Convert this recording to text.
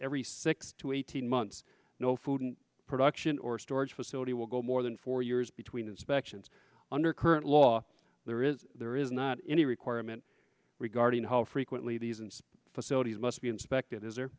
every six to eighteen months no food production or storage facility will go more than four years between inspections under current law there is there is not any requirement regarding how frequently these and facilities must be inspected his or there